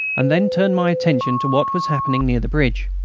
and then turned my attention to what was happening near the bridge.